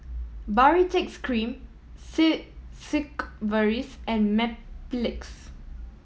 Baritex Cream Sigvaris and Mepilex